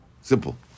Simple